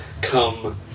come